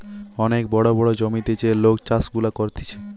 অনেক বড় বড় জমিতে যে লোক চাষ গুলা করতিছে